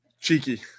cheeky